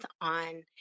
on